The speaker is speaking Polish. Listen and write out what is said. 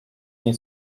nie